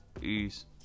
Peace